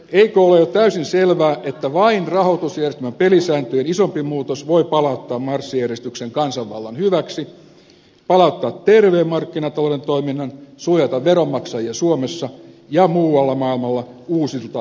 eikö ole jo täysin selvää että vain rahoitusjärjestelmän pelisääntöjen isompi muutos voi palauttaa marssijärjestyksen kansanvallan hyväksi palauttaa terveen markkinatalouden toiminnan suojata veronmaksajia suomessa ja muualla maailmalla uusilta laskuilta